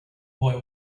boy